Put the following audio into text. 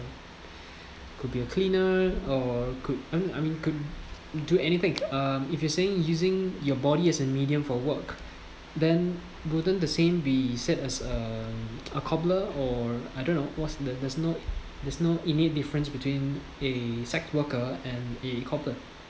could be a cleaner or could I mean I mean could do anything uh if you're saying using your body as a medium for work then wouldn't the same be said as um a cobbler or I don't know what's the there's no there's no any difference between a sex worker and a cobbler